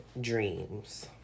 dreams